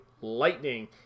Lightning